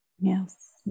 Yes